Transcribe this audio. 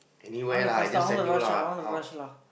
I wanna faster I wanna rush ah I wanna rush lah